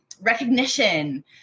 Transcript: recognition